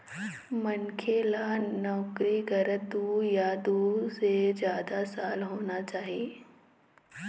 मनखे ल नउकरी करत दू या दू ले जादा साल होना चाही